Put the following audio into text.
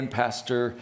pastor